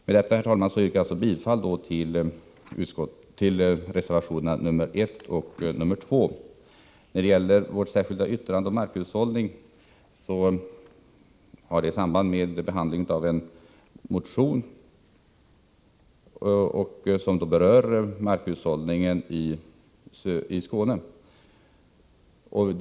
Med detta, herr talman, yrkar jag bifall till reservationerna 1 och 2. När det gäller vårt särskilda yttrande om markhushållning har det samband med behandlingen av en motion om markhushållningsfrågor i Skåne.